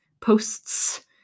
posts